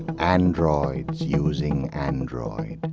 androids using android.